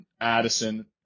Addison